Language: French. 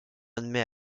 admet